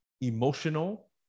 emotional